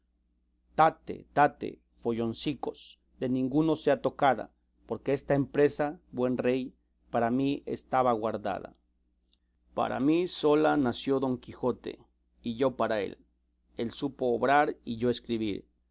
tate tate folloncicos de ninguno sea tocada porque esta impresa buen rey para mí estaba guardada para mí sola nació don quijote y yo para él él supo obrar y yo escribir